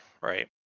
right